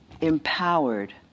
empowered